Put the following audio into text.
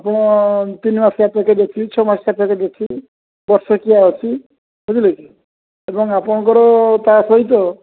ଆପଣ ତିନି ମାସିକିଆ ପ୍ୟାକେଜ୍ ଅଛି ଛଅ ମାସିକିଆ ପ୍ୟାକେଜ୍ ଅଛି ବର୍ଷେକିଆ ଅଛି ବୁଝିଲେ କି ଏବଂ ଆପଣଙ୍କର ତା ସହିତ